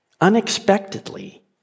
unexpectedly